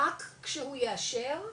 רק כשהוא יאשר,